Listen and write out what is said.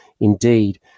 indeed